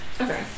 Okay